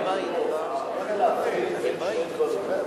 צריך להבחין בין שני דברים.